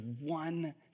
one